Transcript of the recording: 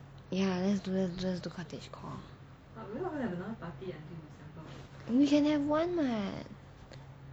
yeah let's do let's do cottagecore we can have one [what]